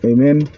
Amen